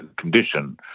condition